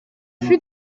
fut